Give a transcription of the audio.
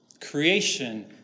creation